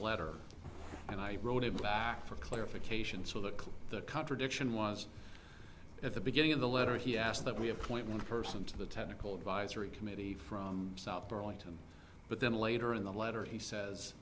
letter and i wrote it for clarification so that the contradiction was at the beginning of the letter he asked that we appoint one person to the technical advisory committee from south burlington but then later in the letter he says